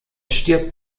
stirbt